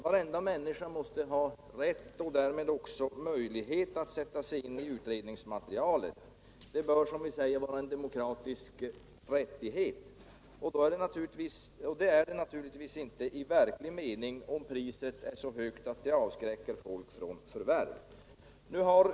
Varenda människa måste ha rätt och därmed också möjlighet att sätta sig in i utredningsmaterialet — det bör, som vi säger, vara en demokratisk rättighet. Det är det naturligtvis inte i verklig mening om priset för det är så högt att det avskräcker människor från att förvärva det.